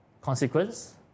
consequence